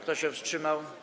Kto się wstrzymał?